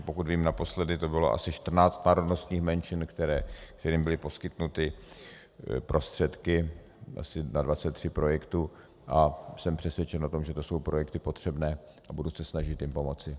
Pokud vím, naposledy to bylo asi 14 národnostních menšin, kterým byly poskytnuty prostředky asi na 23 projektů, a jsem přesvědčen o tom, že to jsou projekty potřebné, a budu se snažit jim pomoci.